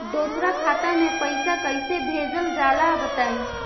दोसरा खाता में पईसा कइसे भेजल जाला बताई?